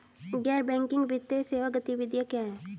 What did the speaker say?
गैर बैंकिंग वित्तीय सेवा गतिविधियाँ क्या हैं?